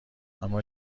اما